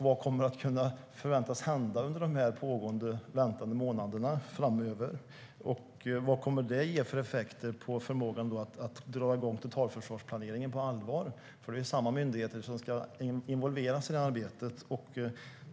Vad förväntas hända under månaderna i väntan framöver? Vilka effekter kommer det att få för förmågan att dra igång totalförsvarsplaneringen på allvar? Det är samma myndigheter som ska involveras i det arbetet.